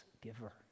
giver